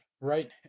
Right